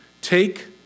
Take